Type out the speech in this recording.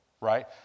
right